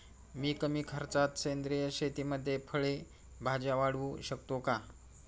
मी कमी खर्चात सेंद्रिय शेतीमध्ये फळे भाज्या वाढवू शकतो का?